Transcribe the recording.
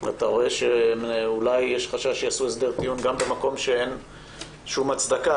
ואתה רואה שאולי יש חשש שייעשו הסדר טיעון גם במקום שאין בו שום הצדקה,